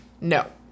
No